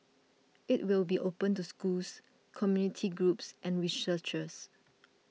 it will be open to schools community groups and researchers